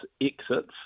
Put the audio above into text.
exits